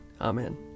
Amen